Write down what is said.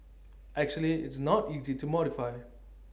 actually it's not easy to modify